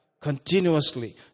continuously